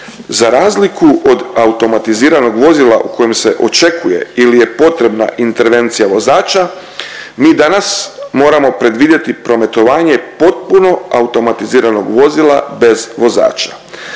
Za razliku od automatiziranog vozila u kojem se očekuje ili je potrebna intervencija vozača, mi danas moramo predvidjeti prometovanje potpuno automatiziranog vozila bez vozača.